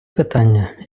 питання